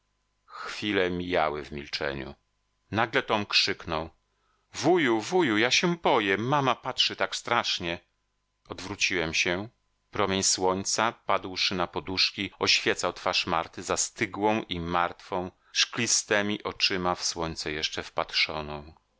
chwile mijały w milczeniu nagle tom krzyknął wuju wuju ja się boję mama patrzy tak strasznie odwróciłem się promień słońca padłszy na poduszki oświecał twarz marty zastygłą i martwą szklistemi oczyma w słońce jeszcze wpatrzoną